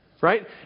right